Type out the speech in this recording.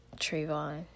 trayvon